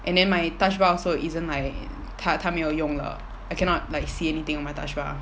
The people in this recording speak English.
and then my touch bar also isn't like 它它没有用了 I cannot like see anything on my touch bar